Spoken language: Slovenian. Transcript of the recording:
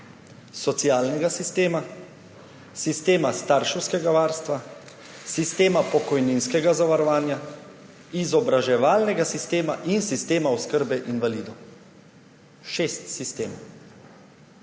socialnega sistema, sistema starševskega varstva, sistema pokojninskega zavarovanja, izobraževalnega sistema in sistema oskrbe invalidov. Šest sistemov.